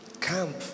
Camp